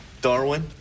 Darwin